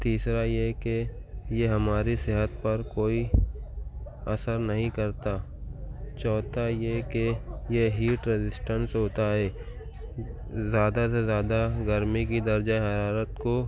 تیسرا یہ کہ یہ ہماری صحت پر کوئی اثر نہیں کرتا چھوتھا یہ کہ یہ ہیٹ رزسٹنس ہوتا ہے زیادہ سے زیادہ گرمی کی درجہ حرارت کو